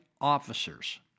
officers